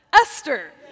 Esther